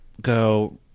go